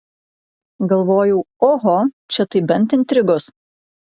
galvojau oho čia tai bent intrigos